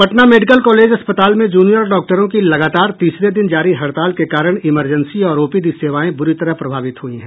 Patna medical college अस्पताल में junior डॉक्टरों की लगातार तीसरे दिन जारी हड़ताल के कारण इमरजेन्सी और ओपीडी सेवाएं बुरी तरह प्रभावित हुई है